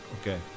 Okay